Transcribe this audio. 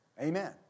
Amen